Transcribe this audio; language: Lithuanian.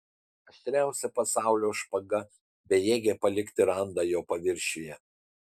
aštriausia pasaulio špaga bejėgė palikti randą jo paviršiuje